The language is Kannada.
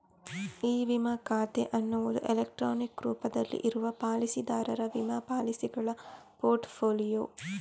ಇ ವಿಮಾ ಖಾತೆ ಅನ್ನುದು ಎಲೆಕ್ಟ್ರಾನಿಕ್ ರೂಪದಲ್ಲಿ ಇರುವ ಪಾಲಿಸಿದಾರರ ವಿಮಾ ಪಾಲಿಸಿಗಳ ಪೋರ್ಟ್ ಫೋಲಿಯೊ